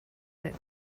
that